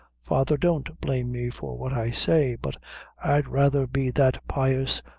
father, don't blame me for what i say, but i'd rather be that pious,